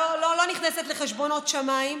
לא נכנסת לחשבונות שמיים,